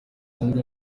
umuhungu